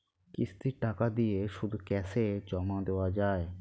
কিস্তির টাকা দিয়ে শুধু ক্যাসে জমা দেওয়া যায়?